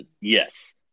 Yes